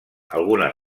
algunes